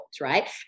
right